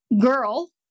girl